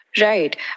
Right